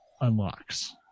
unlocks